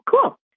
cool